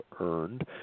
earned